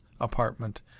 apartment